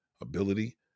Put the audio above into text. ability